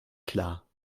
klar